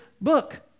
book